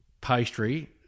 pastry